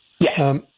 Yes